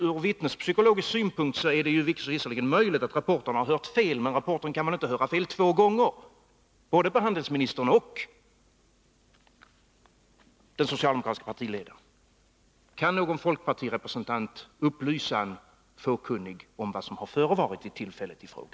Ur vittnespsykologisk synpunkt är det visserligen möjligt att reportern kan ha hört fel, men reportern kan väl inte ha hört fel två gånger — när det gäller både handelsministern och den socialdemokratiske partiledaren. Kan någon folkpartirepresentant upplysa en fåkunnig om vad som har förevarit vid tillfället i fråga?